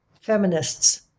feminists